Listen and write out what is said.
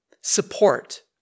support